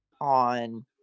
on